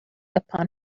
upon